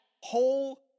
whole